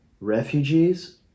refugees